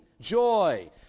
joy